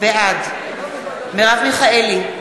בעד מרב מיכאלי,